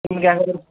ನಿಮ್ಗೆ ಹೇಗೆಂದ್ರೆ